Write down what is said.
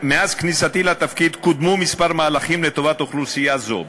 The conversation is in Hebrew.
מאז כניסתי לתפקיד קידמתי כמה מהלכים לטובת אוכלוסייה זו,